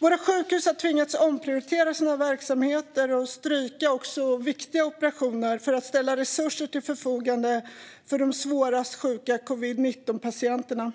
Våra sjukhus har tvingats omprioritera sina verksamheter och stryka också viktiga operationer för att ställa resurser till förfogande för de svårast sjuka covid-19-patienterna.